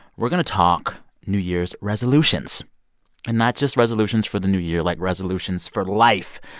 we're going to talk new year's resolutions and not just resolutions for the new year like, resolutions for life.